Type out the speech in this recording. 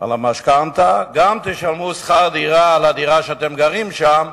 על המשכנתה וגם תשלמו שכר דירה על הדירה שאתם גרים בה.